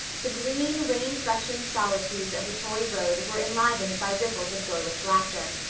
the green, rain-freshened solitudes of the tory road were enlivened by ripples of girlish laughter.